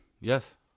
Yes